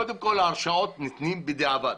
קודם כול ההרשאות ניתנות בדיעבד.